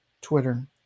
Twitter